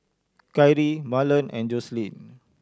Kyrie Marlon and Jocelyn